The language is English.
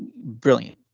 brilliant